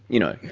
you know.